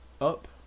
up